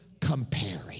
comparing